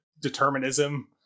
determinism